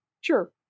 sure